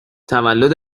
تولد